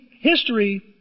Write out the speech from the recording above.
history